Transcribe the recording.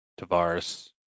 Tavares